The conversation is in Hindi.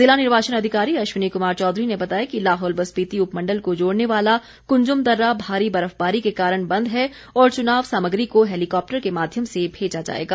जिला निर्वाचन अधिकारी अश्वनी कुमार चौधरी ने बताया कि लाहौल व स्पीति उपमण्डल को जोड़ने वाला कुंजम दर्रा भारी बर्फबारी के कारण बंद है और चुनाव सामग्री को हैलीकॉप्टर के माध्यम से भेजा जाएगा